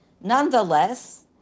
Nonetheless